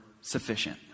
sufficient